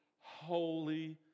holy